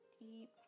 deep